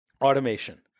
automation